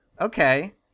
Okay